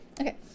okay